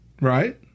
right